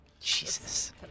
Jesus